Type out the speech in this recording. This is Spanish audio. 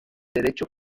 derecho